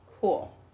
Cool